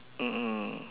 mm mm